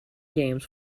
games